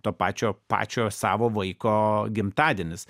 to pačio pačio savo vaiko gimtadienis